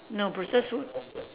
no processed food